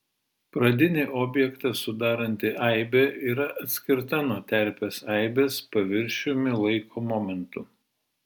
pradinį objektą sudaranti aibė yra atskirta nuo terpės aibės paviršiumi laiko momentu